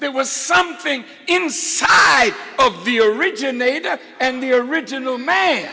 there was something inside of the originated and the original ma